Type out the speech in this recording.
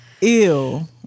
Ew